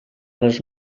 les